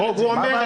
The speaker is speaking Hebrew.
מה הבעיה?